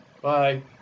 Bye